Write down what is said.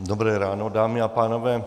Dobré ráno, dámy a pánové.